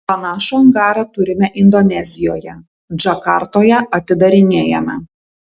panašų angarą turime indonezijoje džakartoje atidarinėjame